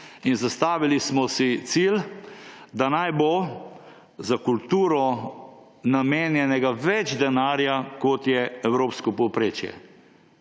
in zastavili smo si cilj, da naj bo za kulturo namenjenega več denarja, kot je evropsko povprečje.